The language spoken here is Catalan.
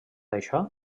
això